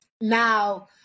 Now